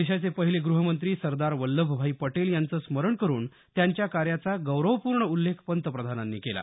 देशाचे पहिले गृहमंत्री सरदार वल्लभभाई पटेल यांचं स्मरण करुन त्यांच्या कार्याचा गौरवपूर्ण उल्लेख पंतप्रधानांनी केला